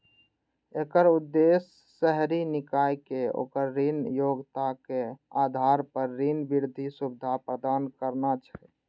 एकर उद्देश्य शहरी निकाय कें ओकर ऋण योग्यताक आधार पर ऋण वृद्धि सुविधा प्रदान करना छै